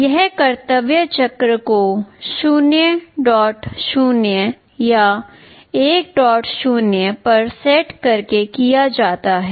यह कर्तव्य चक्र को 00 या 10 पर सेट करके किया जाता है